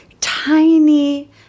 tiny